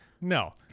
No